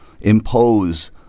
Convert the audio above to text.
impose